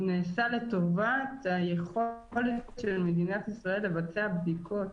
הוא נעשה לטובת היכולת של מדינת ישראל לבצע בדיקות,